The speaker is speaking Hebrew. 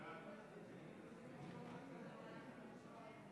ההצבעה: בעד הצביעו 54 חברי כנסת,